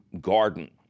garden